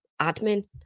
admin